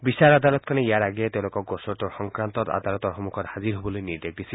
বিচাৰ আদালতখনে ইয়াৰ আগেয়ে তেওঁলোকক গোচৰটোৰ সংক্ৰান্তত আদালতৰ সন্মুখত হাজিৰ হ'বলৈ নিৰ্দেশ দিছিল